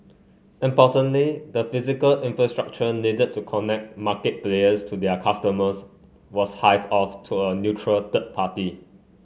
importantly the physical infrastructure needed to connect market players to their customers was hived off to a neutral third party